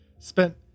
spent